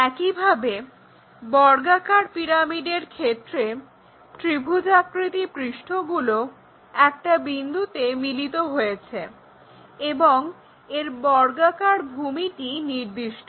একইভাবে বর্গাকার পিরামিডের ক্ষেত্রে ত্রিভুজাকৃতি পৃষ্ঠগুলো একটা বিন্দুতে মিলিত হয়েছে এবং এর বর্গাকার ভূমিটি নির্দিষ্ট